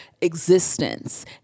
existence